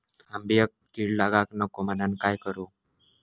आंब्यक कीड लागाक नको म्हनान काय करू?